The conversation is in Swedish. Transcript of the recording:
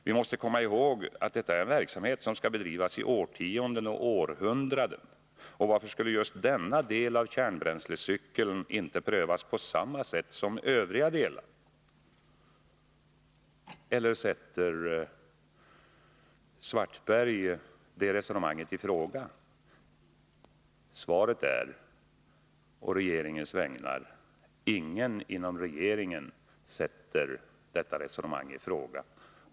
Vi måste komma ihåg att detta är en verksamhet som skall bedrivas i årtionden och århundraden. Och varför skulle just denna del av kärnbränslecykeln inte prövas på samma sätt som övriga delar? Eller sätter Karl-Erik Svartberg det resonemanget i fråga? Svaret är på regeringens vägnar: Ingen inom regeringen sätter detta resonemang i fråga.